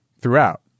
throughout